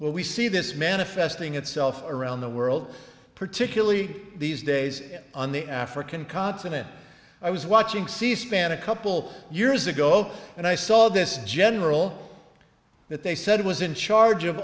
but we see this manifesting itself around the world particularly these days on the african continent i was watching c span a couple years ago and i saw this general but they said it was in charge of